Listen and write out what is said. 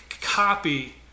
copy